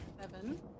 Seven